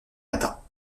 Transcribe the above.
matins